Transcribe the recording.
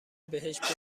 بهشت